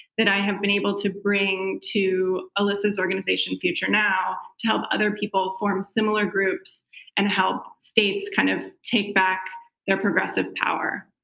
that i have been able to bring to alyssa's organization future now to help other people form similar groups and help states kind of take back their progressive power.